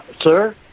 Sir